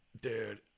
Dude